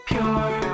Pure